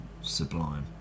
sublime